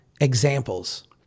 examples